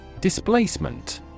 Displacement